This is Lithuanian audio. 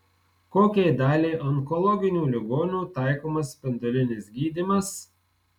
kokiai daliai onkologinių ligonių taikomas spindulinis gydymas